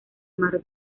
mar